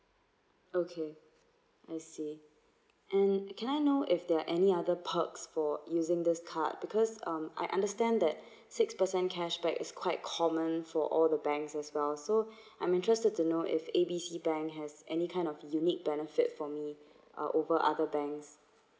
okay I see and can I know if there are any other perks for using this card because um I understand that six percent cash back is quite common for all the banks as well so I'm interested to know if A B C bank has any kind of unique benefit for me uh over other banks